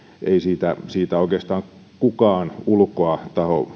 ei siitä siitä oikeastaan kukaan ulkoa